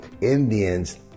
Indians